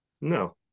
No